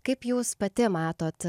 kaip jūs pati matote